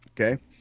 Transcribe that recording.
Okay